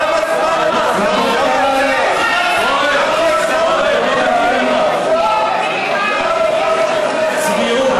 למה, למה, צביעות.